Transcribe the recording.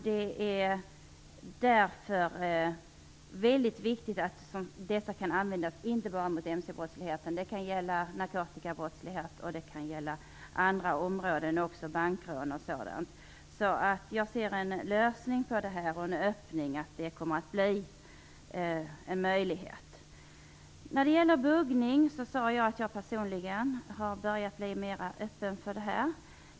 Det är därför väldigt viktigt att dessa kan användas inte bara mot mc-brottsligheten utan även mot t.ex. narkotikabrottslighet, bankrån osv. Jag ser alltså en lösning och en öppning i att det kommer att bli en möjlighet. När det gäller buggning sade jag att jag personligen har börjat bli mer öppen för det.